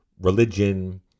religion